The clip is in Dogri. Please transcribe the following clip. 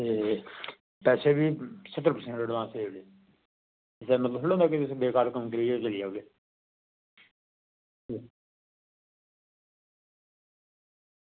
ते बैसे बी सत्तर प्रैसेंट एडवांस देई ओड़े एह्दा मतलब थोह्ड़ा होंदा कि तुस बेकार कम्म करियै उठी जाह्गे